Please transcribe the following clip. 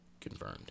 confirmed